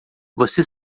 você